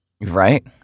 Right